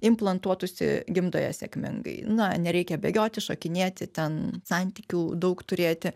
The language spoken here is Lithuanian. implantuotųsi gimdoje sėkmingai na nereikia bėgioti šokinėti ten santykių daug turėti